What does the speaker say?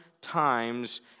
times